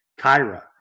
Kyra